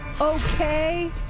Okay